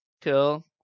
kill